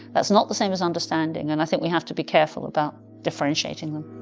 that's not the same as understanding, and i think we have to be careful about differentiating them.